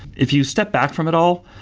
if you step back from it all,